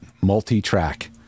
multi-track